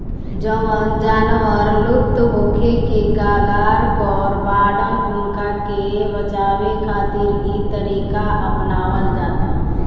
जवन जानवर लुप्त होखे के कगार पर बाड़न उनका के बचावे खातिर इ तरीका अपनावल जाता